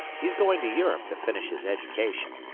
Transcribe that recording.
he's going to europe to finish his education.